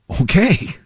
Okay